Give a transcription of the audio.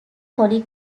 holly